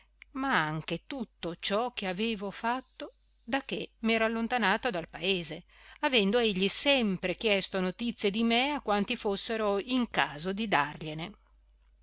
ma anche tutto ciò che avevo fatto da che m'ero allontanato dal paese avendo egli sempre chiesto notizie di me a quanti fossero in caso di dargliene